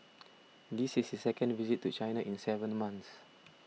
this is his second visit to China in seven months